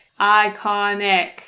Iconic